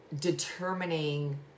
determining